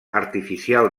artificial